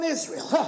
Israel